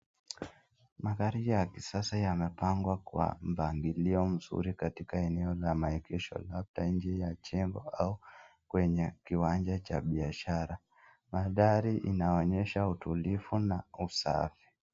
Magari ya kisasa yamepangwa kwa mpangilio nzuri katika eneo la maegesho labda nje ya jengo au kwenye kiwanja cha biashara. Magari inaonyesha utulivu na usafi.